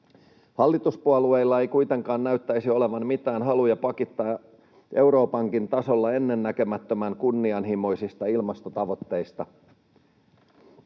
Hallituspuolueilla ei kuitenkaan näyttäisi olevan mitään haluja pakittaa Euroopankin tasolla ennennäkemättömän kunnianhimoisista ilmastotavoitteista.